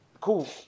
Cool